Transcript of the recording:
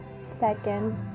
Second